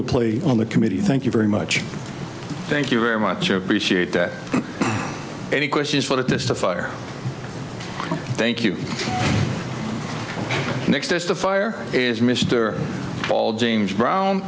to play on the committee thank you very much thank you very much appreciate that any questions for this to fire thank you next testifier is mr paul james brown